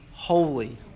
Holy